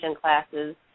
classes